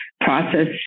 process